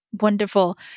wonderful